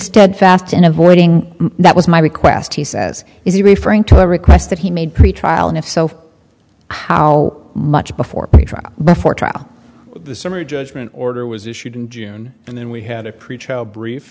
steadfast in avoiding that was my request he says is he referring to the request that he made pretrial and if so how much before the trial before trial the summary judgment order was issued in june and then we had a pretrial brief